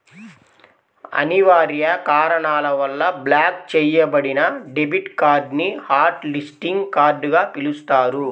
అనివార్య కారణాల వల్ల బ్లాక్ చెయ్యబడిన డెబిట్ కార్డ్ ని హాట్ లిస్టింగ్ కార్డ్ గా పిలుస్తారు